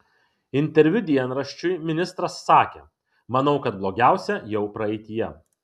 interviu dienraščiui ministras sakė manau kad blogiausia jau praeityje